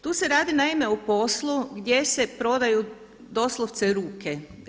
Tu se radi naime o poslu gdje se prodaju doslovce ruke.